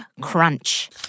crunch